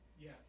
Yes